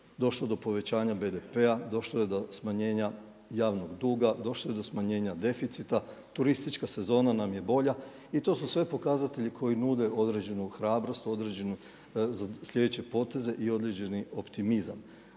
došlo do povećanja BDP-a, došlo je do smanjenja javnog duga, došlo je do smanjenja deficita, turistička sezona nam je bolja. I to su sve pokazatelji koji nude određenu hrabrost, određene sljedeće poteze i određeni optimizam.